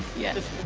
yes.